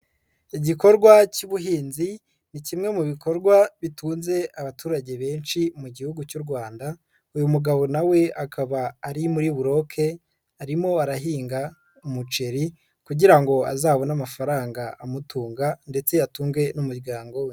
Igikorwa cy'ubuhinzi ni kimwe mu bikorwa bitunze abaturage benshi mu Gihugu cy'u Rwanda, uyu mugabo na we akaba ari muri buroke arimo arahinga umuceri kugira ngo azabone amafaranga amutunga ndetse atunge n'umuryango we.